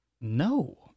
no